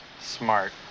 Smart